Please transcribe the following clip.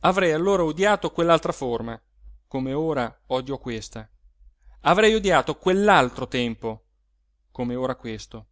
avrei allora odiato quell'altra forma come ora odio questa avrei odiato quell'altro tempo come ora questo